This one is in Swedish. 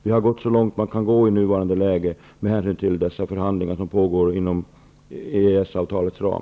Vi har gått så långt det går i nuvarande läge med hänsyn till de förhandlingar som pågår inom EES-avtalets ram.